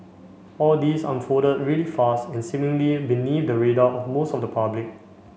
all this unfolded really fast and seemingly beneath the radar of most of the public